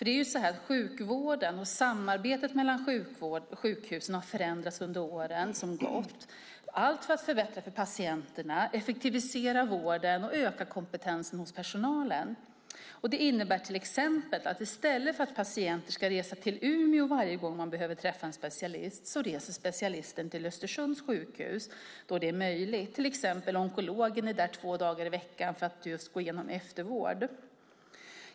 Det är ju så att sjukvården och samarbetet mellan sjukhusen har förändrats under de år som gått, allt för att förbättra för patienterna, effektivisera vården och öka kompetensen hos personalen. Det innebär till exempel att i stället för att patienter ska resa till Umeå varje gång de behöver träffa en specialist så reser specialisten till Östersunds sjukhus då det är möjligt. Det gäller till exempel onkologen som är där två dagar i veckan för att gå igenom eftervård.